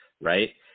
right